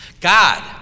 God